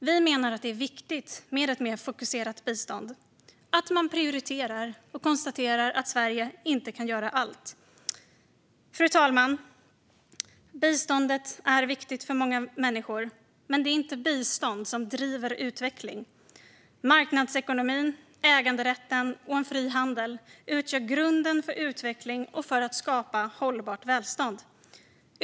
Vi menar att det är viktigt med ett mer fokuserat bistånd, att man prioriterar och konstaterar att Sverige inte kan göra allt. Fru talman! Biståndet är viktigt för många människor, men det är inte bistånd som driver utveckling. Marknadsekonomin, äganderätten och en fri handel utgör grunden för utveckling och för att skapa hållbart välstånd.